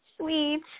Sweet